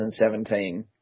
2017